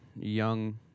young